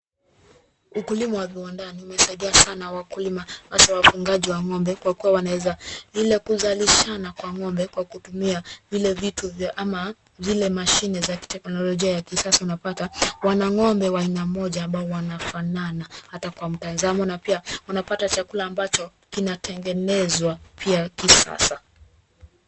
Ukulima wa viwandani umesaidia sana wakulima hasa wafugaji wa ng'ombe kwa kuwa wanaweza, ila kuzalishana kwa ng'ombe kwa kutumia vile vitu vya ama vile mashine vya kiteknolojia ya kisasa unapata wana ng'ombe wa aina moja wanafanana hata kwa mtazamo na pia wanapata chakula ambacho kinatengenezwa pia kisasa.